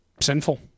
sinful